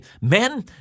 men